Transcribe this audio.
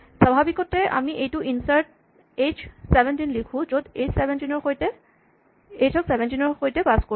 স্বাভাৱিকতে আমি এইটো ইনচাৰ্ট এইচ ১৭ লিখোঁ য'ত এইচ ১৭ ৰ সৈতে পাচ কৰোঁ